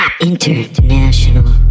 International